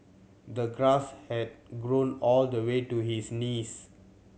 the grass had grown all the way to his knees